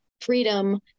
freedom